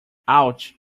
ouch